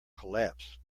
collapse